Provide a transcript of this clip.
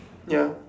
ya